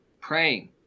praying